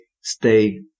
stay